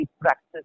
practice